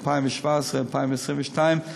2017 2022,